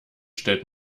stellt